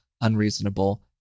unreasonable